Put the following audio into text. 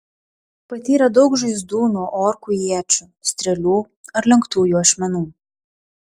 patyrė daug žaizdų nuo orkų iečių strėlių ar lenktųjų ašmenų